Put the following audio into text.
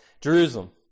Jerusalem